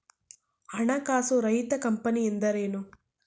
ಹಣಕಾಸು ರಹಿತ ಕಂಪನಿ ಎಂದರೇನು?